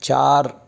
चार